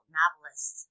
novelist